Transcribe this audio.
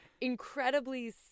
incredibly